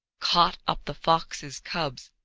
caught up the fox's cubs,